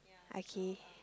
okay